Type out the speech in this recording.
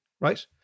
right